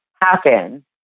happen